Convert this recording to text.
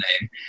name